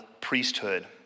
priesthood